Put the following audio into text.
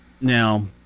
Now